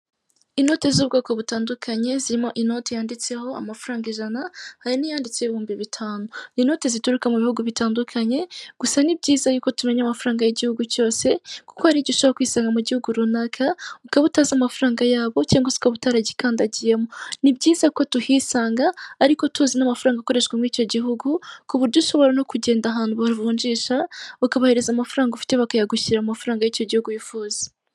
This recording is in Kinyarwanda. Inota z'ubwoko butandukanye zirimo inoti yanditseho amafaranga ijana hari n'iyanditse ibihumbi bitanu. Inoti zituruka mu bihugu bitandukanye, gusa ni byiza yuko tumenya amafaranga y'igihugu cyose, kuko hari igihe ushobora kwisanga mu gihugu runaka ukaba utazi amafaranga yabo cyangwa se ukaba utaragikandagiyemo. Ni byiza ko tuhisanga, ariko tuzi n'amafaranga akoreshwa muri icyo gihugu, ku buryo ushobora no kugenda ahantu bavunjisha bakabahereza amafaranga ufite bakayagushyirira mu mafaranga y'icyo gihugu wifuza.